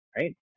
right